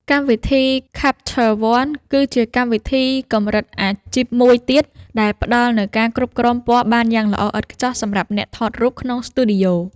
កម្មវិធី ខាប់ឈ័រ វ័ន គឺជាកម្មវិធីកម្រិតអាជីពមួយទៀតដែលផ្តល់នូវការគ្រប់គ្រងពណ៌បានយ៉ាងល្អឥតខ្ចោះសម្រាប់អ្នកថតរូបក្នុងស្ទូឌីយោ។